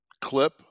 clip